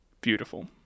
beautiful